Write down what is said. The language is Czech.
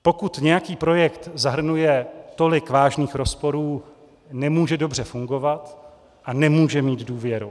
Pokud nějaký projekt zahrnuje tolik vážných rozporů, nemůže dobře fungovat a nemůže mít důvěru.